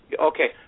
Okay